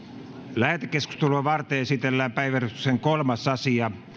lähetekeskustelua varten esitellään päiväjärjestyksen kolmas asia